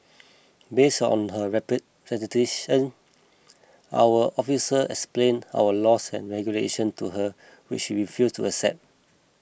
base on her representation our officer explained our laws and regulation to her which she refused to accept